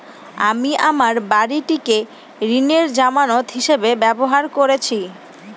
আমি আমার বাড়িটিকে ঋণের জামানত হিসাবে ব্যবহার করেছি